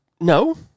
No